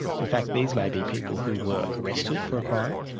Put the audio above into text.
in fact these may be people who were arrested for a crime,